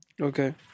Okay